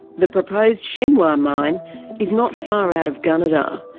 the proposed shenhua mine is not far out of gunnedah,